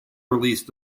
released